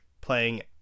playing